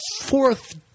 fourth